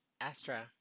Astra